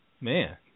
man